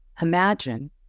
Imagine